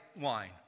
wine